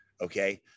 okay